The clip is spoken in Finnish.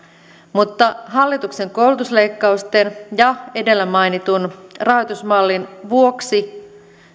mutta hallituksen koulutusleikkausten ja edellä mainitun rahoitusmallin vuoksi